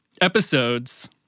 episodes